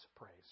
praise